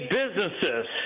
businesses